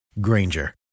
Granger